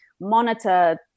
monitor